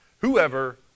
Whoever